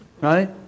Right